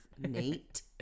Nate